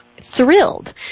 Thrilled